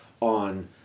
on